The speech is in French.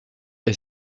est